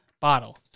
Bottle